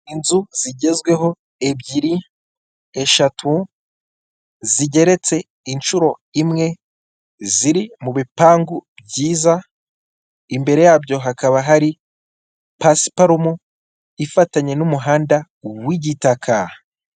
Inzu zigezweho ebyiri, eshatu, zigeretse inshuro imwe, ziri mu bipangu byiza, imbere yabyo hakaba hari pasiparumu ifatanye n'umuhanda w'igitaka.